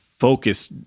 Focus